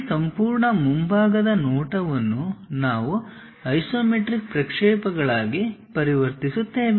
ಈ ಸಂಪೂರ್ಣ ಮುಂಭಾಗದ ನೋಟವನ್ನು ನಾವು ಐಸೊಮೆಟ್ರಿಕ್ ಪ್ರಕ್ಷೇಪಗಳಾಗಿ ಪರಿವರ್ತಿಸುತ್ತೇವೆ